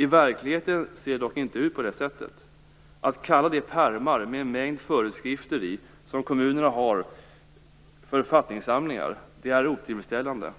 I verkligheten ser det dock inte ut på det sättet. Att kalla de pärmar med en mängd föreskrifter som kommunerna har för författningssamlingar är otillfredsställande.